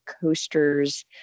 coasters